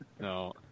No